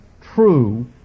true